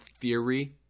theory